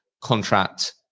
contract